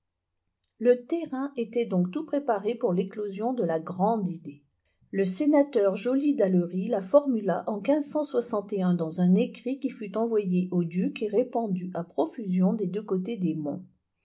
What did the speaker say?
le terrain était donc tout préparé pour l'éclosion de la grande idée le sénateur joly d allery la formula en dans un écrit qui fut envoyé au duc et répandu à profusion des deux côtés des monts